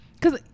cause